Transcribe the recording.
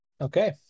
Okay